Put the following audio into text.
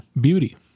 beauty